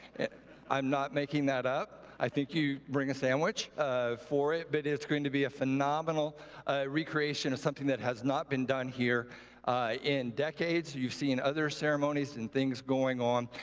i'm not making that up. i think you bring a sandwich for it. but it's going to be a phenomenal recreation of something that has not been done here in decades. you've seen other ceremonies and things going on.